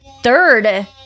third